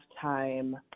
time